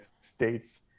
States